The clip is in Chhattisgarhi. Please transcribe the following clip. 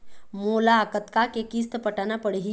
मोला कतका के किस्त पटाना पड़ही?